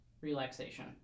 relaxation